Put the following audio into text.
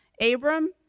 Abram